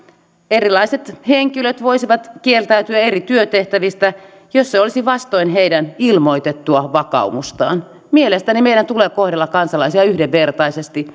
erilaiset henkilöt voisivat kieltäytyä eri työtehtävistä jos se olisi vastoin heidän ilmoitettua vakaumustaan mielestäni meidän tulee kohdella kansalaisia yhdenvertaisesti